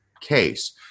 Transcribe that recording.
case